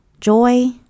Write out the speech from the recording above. Joy